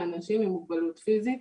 לאנשים עם מוגבלות פיזית,